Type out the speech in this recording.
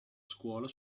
scuola